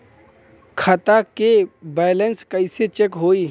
खता के बैलेंस कइसे चेक होई?